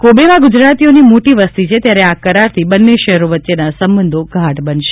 કોબેમાં ગુજરાતીઓની મોટી વસતિ છે ત્યારે આ કરારથી બંને શહેરો વચ્ચેના સંબંધો ગાઢ બનશે